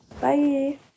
Bye